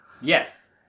Yes